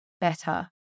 better